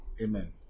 Amen